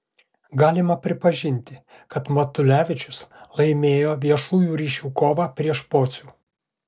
galima pripažinti kad matulevičius laimėjo viešųjų ryšių kovą prieš pocių